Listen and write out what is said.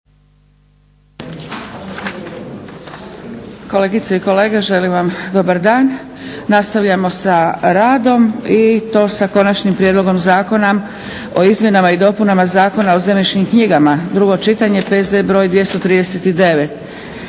Kolegice i kolege, želim vam dobar dan. Nastavljamo sa radom i to sa 11. Konačni prijedlog zakona o izmjenama i dopunama Zakona o zemljišnim knjigama, drugo čitanje, P.Z. br. 239.